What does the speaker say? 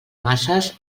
masses